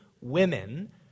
Women